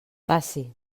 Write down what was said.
passi